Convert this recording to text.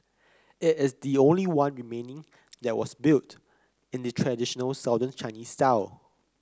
it is the only one remaining that was built in the traditional Southern Chinese style